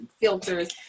filters